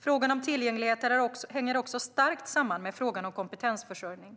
Frågan om tillgänglighet hänger också starkt samman med frågan om kompetensförsörjning.